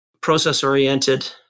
process-oriented